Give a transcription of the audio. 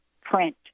print